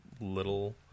little